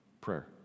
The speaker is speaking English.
prayer